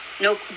No